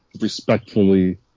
respectfully